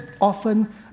often